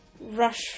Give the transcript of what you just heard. rush